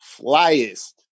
flyest